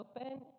open